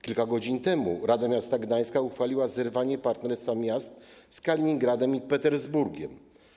Kilka godzin temu Rada Miasta Gdańska uchwaliła zerwanie partnerstwa miast z Kaliningradem i Petersburgiem.